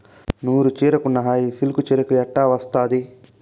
నూరు చీరకున్న హాయి సిల్కు చీరకు ఎట్టా వస్తాది